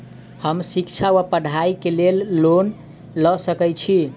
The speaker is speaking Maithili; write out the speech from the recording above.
हम शिक्षा वा पढ़ाई केँ लेल लोन लऽ सकै छी?